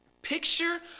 Picture